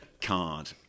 card